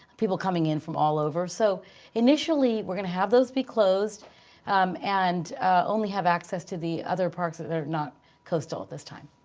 people coming in from all over. so initially we're going to have those be closed and only have access to the other parks that are not coastal at this time.